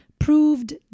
proved